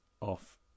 off